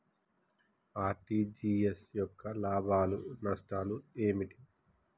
RTGS యొక్క లాభాలు నష్టాలు ఏమిటి?